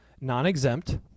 non-exempt